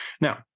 Now